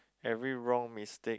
every wrong mistake